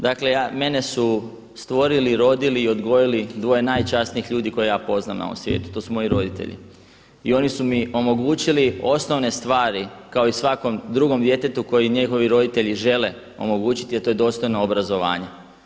Dakle mene su stvorili, rodili i odgojili dvoje najčasnijih ljudi koje ja poznajem na ovom svijetu, to su moji roditelji i oni su mi omogućili osnovne stvari kao i svakom drugom djetetu koje njihovi roditelji žele omogućiti a to je dostojno obrazovanje.